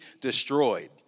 destroyed